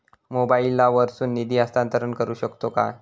मोबाईला वर्सून निधी हस्तांतरण करू शकतो काय?